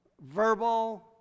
verbal